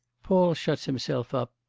paul shuts himself up,